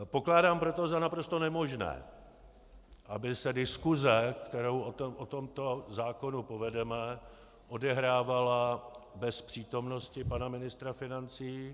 Pokládám proto za naprosto nemožné, aby se diskuse, kterou o tomto zákonu povedeme, odehrávala bez přítomnosti pana ministra financí.